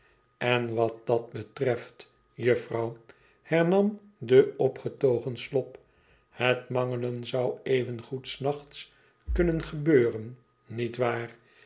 en wat dat betreft juffrouw hernam de opgetogen slop ihet mangelen zou evengoed s nachts kunnen gebeuren